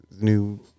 new